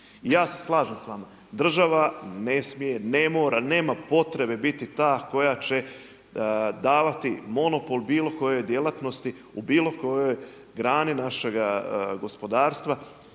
Ja se slažem s vama, država ne smije, ne mora, nema potreba biti ta koja će davati monopol bilo kojoj djelatnosti u bilo kojoj grani našega gospodarstva.